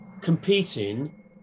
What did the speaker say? competing